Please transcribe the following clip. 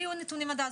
אם יהיו נתונים עד אז,